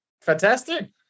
fantastic